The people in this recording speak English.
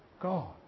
God